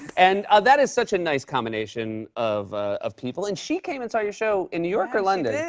and ah that is such a nice combination of of people. and she came and saw your show in new york or london? she did,